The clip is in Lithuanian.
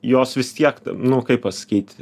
jos vis tiek nu kaip pasakyt